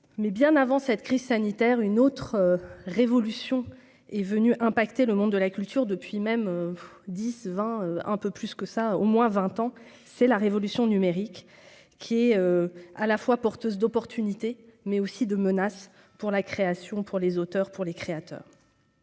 Mais bien avant cette crise sanitaire, une autre révolution est venue impacter le monde de la culture, depuis même 10, 20, un peu plus que ça, au moins 20 ans c'est la révolution numérique qui est à la fois porteuse d'opportunités, mais aussi de menace pour la création, pour les auteurs pour les créateurs.